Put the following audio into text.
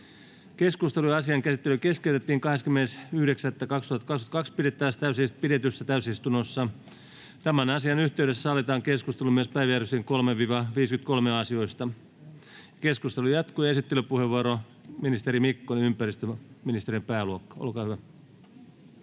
Keskustelu ja asian käsittely keskeytettiin 20.9.2022 pidetyssä täysistunnossa. Tämän asian yhteydessä sallitaan keskustelu myös päiväjärjestyksen 3.—53. asiasta. Keskustelu jatkuu. Esittelypuheenvuoro, ministeri Mikkonen, ympäristöministeriön pääluokka, olkaa hyvä.